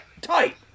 tight